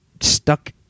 stuck